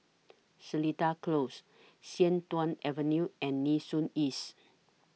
Seletar Close Sian Tuan Avenue and Nee Soon East